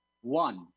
one